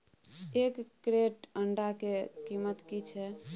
एक क्रेट अंडा के कीमत की छै?